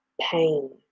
pain